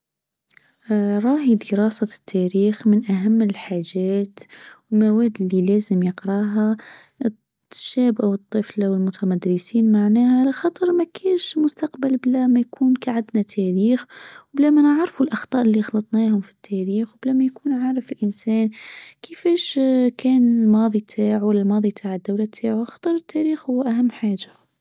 راهي دراسة التاريخ من أهم الحاجات المواد اللي لازم يقراها الشاب او الطفلة والمتمدرسين معناها على خاطر ما كاينش مستقبل بلا ما يكون كاع عندنا تاريخ وبلا ما نعرفو الأخطاء اللى غلطناهم في التاريخ وبلا ما يكون عارف الإنسان كيفاش كان الماظى بتاعه الماظى بتاع الدوله بتاعه خاطر التاريخ هو أهم حاجة.